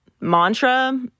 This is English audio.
mantra